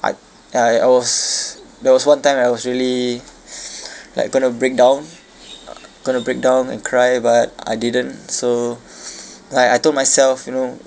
I I I was there was one time I was really like going to break down uh going to break down and cry but I didn't so I I told myself you know